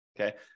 Okay